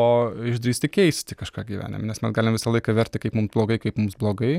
o išdrįsti keisti kažką gyvenim nes mes galim visą laiką verkti kaip mum blogai kaip mums blogai